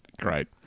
Great